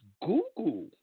Google